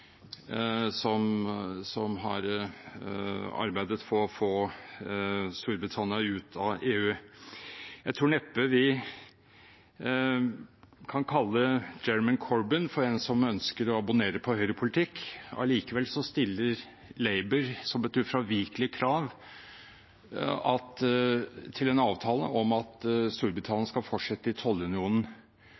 som har arbeidet for å få Storbritannia ut av EU: Jeg tror neppe vi kan kalle Jeremy Corbyn en som ønsker å abonnere på høyrepolitikk. Allikevel stiller Labour som ufravikelig krav til en avtale at Storbritannia skal fortsette i tollunionen.